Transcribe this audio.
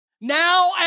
now